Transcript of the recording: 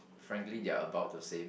frankly they are about the same